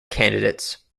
candidates